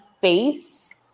face